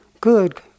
good